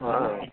हॅं